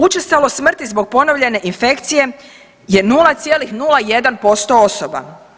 Učestalost smrti zbog ponovljene infekcije je 0,01% osoba.